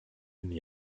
n’y